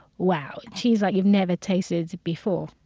wow, cheese like you've never tasted before.